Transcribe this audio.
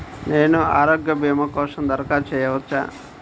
నేను ఆరోగ్య భీమా కోసం దరఖాస్తు చేయవచ్చా?